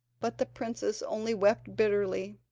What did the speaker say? but the princess only wept bitterly.